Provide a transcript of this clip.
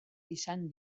izan